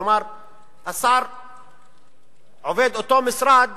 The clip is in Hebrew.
כלומר עובד אותו משרד